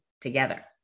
together